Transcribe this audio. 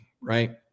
right